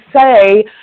say